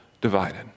divided